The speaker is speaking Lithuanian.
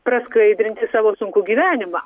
praskaidrinti savo sunkų gyvenimą